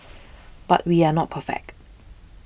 but we are not perfect